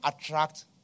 attract